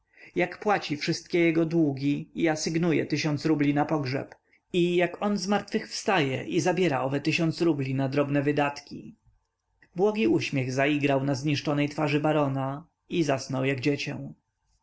jak płaci wszystkie jego długi i asygnuje tysiąc rubli na pogrzeb i jak on zmartwychwstaje i zabiera owe tysiąc rubli na drobne wydatki błogi uśmiech zaigrał na zniszczonej twarzy barona i zasnął jak dziecię